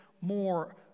more